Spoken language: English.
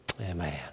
Amen